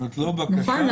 זאת לא בקשה --- נכון.